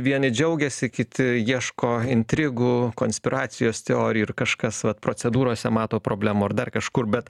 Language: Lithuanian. vieni džiaugiasi kiti ieško intrigų konspiracijos teorijų ir kažkas vat procedūrose mato problemų ar dar kažkur bet